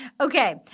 Okay